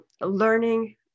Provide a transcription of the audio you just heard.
learning